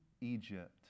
Egypt